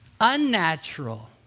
unnatural